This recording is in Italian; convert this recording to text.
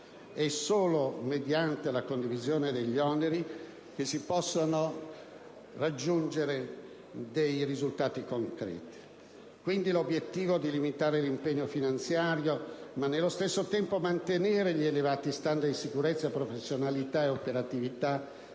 è solo mediante la condivisione degli oneri che si possono ottenere risultati concreti. Da qui l'obiettivo di limitare l'impegno finanziario ma, nello stesso tempo, mantenere gli elevati standard di sicurezza, professionalità e operatività